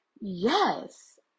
yes